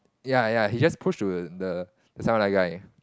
ya ya he just push to the just now that guy